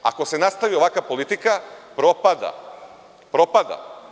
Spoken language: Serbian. Ako se nastavi ovakva politika, „Krušik“ propada.